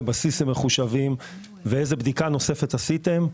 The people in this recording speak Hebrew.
בסיס הם מחושבים ואיזו בדיקה נוספת עשיתם.